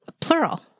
plural